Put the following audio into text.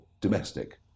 domestic